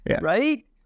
Right